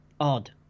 odd